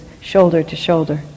shoulder-to-shoulder